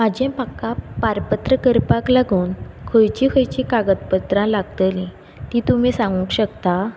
म्हजें म्हाका पारपत्र करपा लागून खंयची खंयची कागद पत्रां लागतली ती तुमी सागूंक शकता